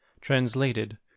Translated